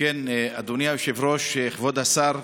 אדוני היושב-ראש, כבוד השר,